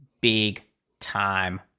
big-time